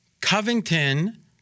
Covington